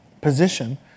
position